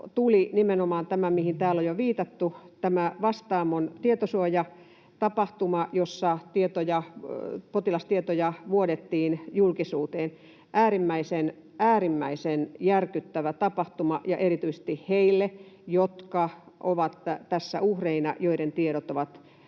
tuli nimenomaan tämä, mihin täällä on jo viitattu: Vastaamon tietosuojatapahtuma, jossa potilastietoja vuodettiin julkisuuteen. Äärimmäisen, äärimmäisen järkyttävä tapahtuma ja erityisesti heille, jotka ovat tässä uhreina, joiden tiedot on